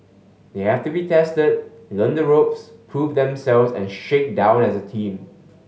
they have to be tested learn the ropes prove themselves and shake down as a team